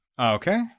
Okay